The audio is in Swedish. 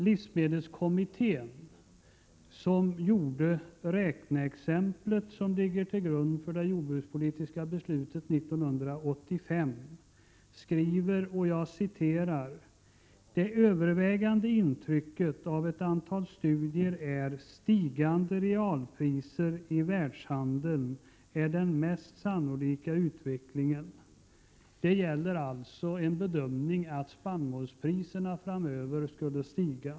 Livsmedelskommittén som gjorde det räkneexempel som ligger till grund för det jordbrukspolitiska beslutet 1985 skriver: ”Det övervägande intrycket av studierna är att stigande realpriser på livsmedel i världshandeln är den mest sannolika utvecklingen.” Det gäller alltså en bedömning av att spannmålspriserna framöver skulle stiga.